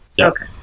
Okay